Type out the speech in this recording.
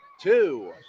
two